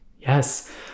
Yes